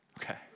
okay